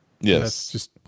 Yes